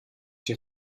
die